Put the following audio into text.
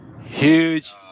Huge